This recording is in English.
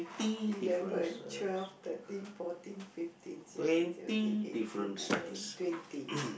eleven twelve thirteen fourteen fifteen sixteen seventeen eighteen nineteen twenty